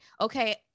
okay